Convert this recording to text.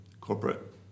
corporate